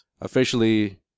officially